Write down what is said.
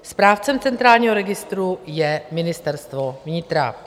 Správcem centrálního registru je Ministerstvo vnitra.